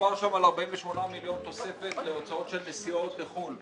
דובר שם על 48 מיליון תוספת להוצאות של נסיעות לחו"ל.